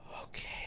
okay